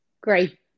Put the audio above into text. great